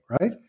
right